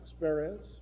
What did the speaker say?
experience